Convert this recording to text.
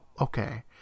okay